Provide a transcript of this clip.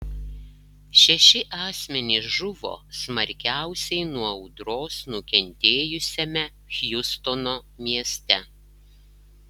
šeši asmenys žuvo smarkiausiai nuo audros nukentėjusiame hjustono mieste